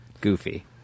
goofy